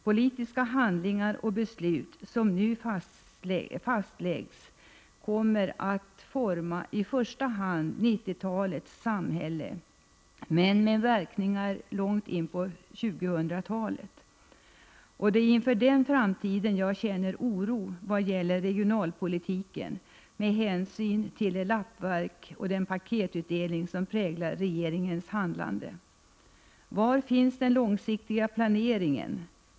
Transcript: Politiska handlingar och beslut som nu fastläggs kommer att forma i första hand 1990-talets samhälle, men de kommer att få verkningar långt in på 2000-talet. Inför den framtiden känner jag oro vad gäller regionalpolitiken med hänsyn till det lappverk och den paketutdelning så att säga, som präglar regeringens handlande. Var finns den långsiktiga planeringen?